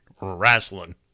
Wrestling